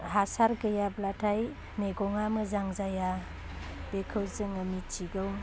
हासार गैयाब्लाथाय मैगङा मोजां जाया बेखौ जोङो मिथिगौ